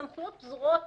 הסמכויות פזורות